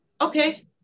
Okay